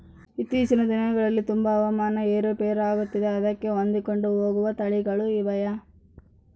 ಇತ್ತೇಚಿನ ದಿನಗಳಲ್ಲಿ ತುಂಬಾ ಹವಾಮಾನ ಏರು ಪೇರು ಆಗುತ್ತಿದೆ ಅದಕ್ಕೆ ಹೊಂದಿಕೊಂಡು ಹೋಗುವ ತಳಿಗಳು ಇವೆಯಾ?